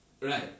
right